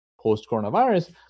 post-coronavirus